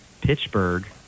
Pittsburgh